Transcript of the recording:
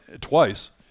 Twice